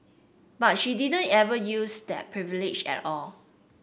but she didn't ever use that privilege at all